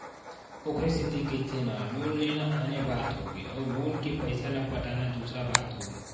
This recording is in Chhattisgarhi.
ओखरे सेती कहिथे ना लोन लेना आने बात होगे अउ लोन के पइसा ल पटाना दूसर बात होगे